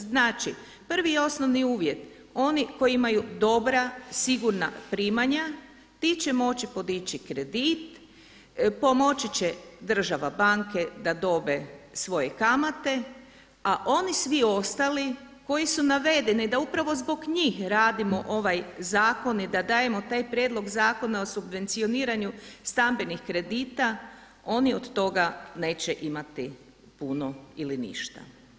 Znači, prvi i osnovni uvjet oni koji imaju dobra, sigurna primanja ti će moći podići kredit, pomoći će država, banke da dobe svoje kamate a oni svi ostali koji su navedeni da upravo zbog njih radimo ovaj zakon i da dajemo taj prijedlog zakona o subvencioniranju stambenih kredita oni od toga neće imati puno ili ništa.